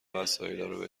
وسایلارو